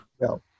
No